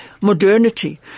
modernity